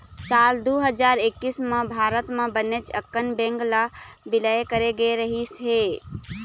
साल दू हजार एक्कइस म भारत म बनेच अकन बेंक ल बिलय करे गे रहिस हे